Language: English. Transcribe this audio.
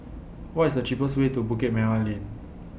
What IS The cheapest Way to Bukit Merah Lane